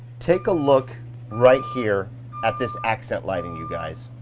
take a look right here at this accent lighting you guys.